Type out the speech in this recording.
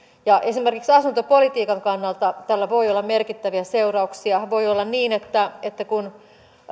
esimerkiksi asuntopolitiikan kannalta tällä voi olla merkittäviä seurauksia voi olla niin että että kun